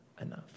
enough